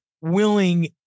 willing